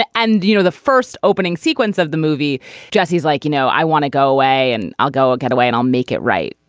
ah and you know the first opening sequence of the movie jesse's like you know i want to go away and i'll go and ah get away and i'll make it right.